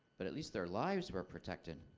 but at least their lives were protected.